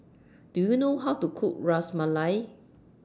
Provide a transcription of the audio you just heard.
Do YOU know How to Cook Ras Malai